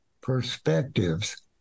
perspectives